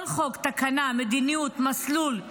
כל חוק, תקנה, מדיניות, מסלול,